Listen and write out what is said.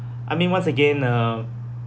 I mean once again uh